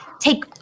take